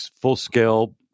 full-scale